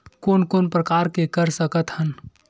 कोन कोन प्रकार के कर सकथ हन?